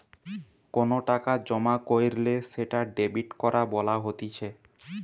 কোনো টাকা জমা কইরলে সেটা ডেবিট করা বলা হতিছে